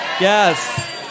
yes